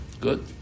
Good